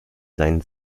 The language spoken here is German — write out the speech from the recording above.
seinen